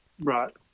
Right